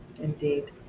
indeed